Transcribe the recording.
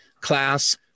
class